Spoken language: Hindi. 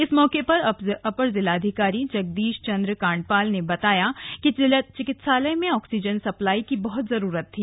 इस मौके पर अपर जिलाधिकारी जगदीश चन्द्र काण्डपाल ने कहा कि चिकित्सालय में आक्सीजन सप्लाई की बहुत जरूरत थी